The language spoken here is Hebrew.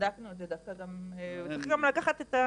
בדקנו את זה דווקא גם --- אנחנו היום